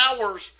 hours